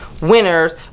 winners